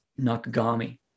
Nakagami